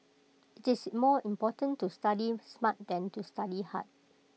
IT is more important to study smart than to study hard